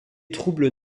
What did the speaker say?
troubles